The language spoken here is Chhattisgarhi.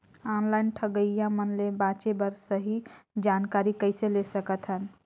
ऑनलाइन ठगईया मन ले बांचें बर सही जानकारी कइसे ले सकत हन?